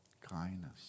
Kindness